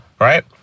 right